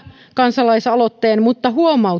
kansalaisaloitteen mutta huomauttaa että